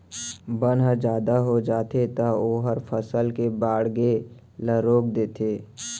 बन ह जादा हो जाथे त ओहर फसल के बाड़गे ल रोक देथे